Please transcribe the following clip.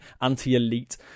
anti-elite